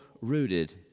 rooted